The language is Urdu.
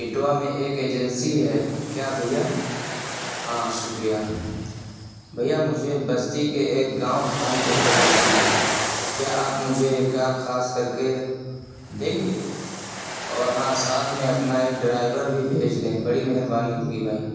اٹوا میں ایک ایجنسی ہے کیا بھیّا ہاں شکریہ بھیا مجھے بستی کے ایک گاؤں بھانپور تک جانا ہے کیا آپ مجھے یہ کار خاص کرکے دیں گے اور ہاں ساتھ میں اپنا ایک ڈرائیور بھی بھیج دیں بڑی مہربانی ہوگی بھائی